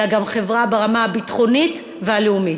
אלא גם חברה ברמה הביטחונית והלאומית.